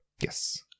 Yes